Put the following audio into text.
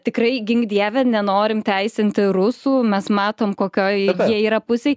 tikrai gink dieve nenorim teisinti rusų mes matom kokioj jie yra pusėj